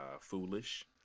foolish